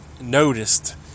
noticed